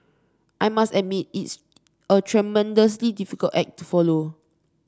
I must admit it's a tremendously difficult act to follow